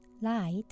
light